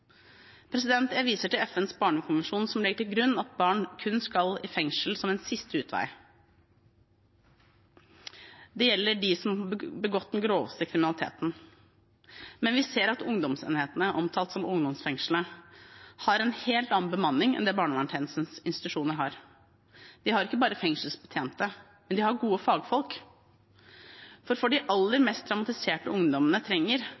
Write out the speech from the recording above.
Jeg viser til FNs barnekonvensjon, som legger til grunn at barn kun skal i fengsel som en siste utvei. Det gjelder dem som har begått den groveste kriminaliteten. Men vi ser at ungdomsenhetene, omtalt som ungdomsfengslene, har en helt annen bemanning enn det barneverntjenestens institusjoner har. De har ikke bare fengselsbetjenter, de har også gode fagfolk. Det de aller mest traumatiserte ungdommer trenger,